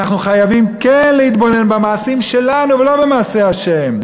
אנחנו חייבים כן להתבונן במעשים שלנו ולא במעשי ה'.